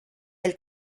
del